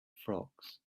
frocks